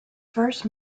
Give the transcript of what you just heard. first